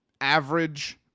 average